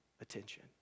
attention